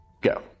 Go